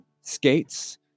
skates